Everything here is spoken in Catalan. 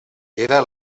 era